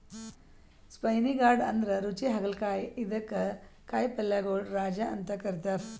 spiny gourd ಅಂದ್ರ ರುಚಿ ಹಾಗಲಕಾಯಿ ಇದಕ್ಕ್ ಕಾಯಿಪಲ್ಯಗೊಳ್ ರಾಜ ಅಂತ್ ಕರಿತಾರ್